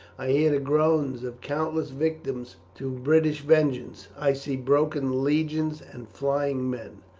i hear the groans of countless victims to british vengeance. i see broken legions and flying men.